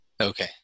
Okay